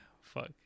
fuck